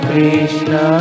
Krishna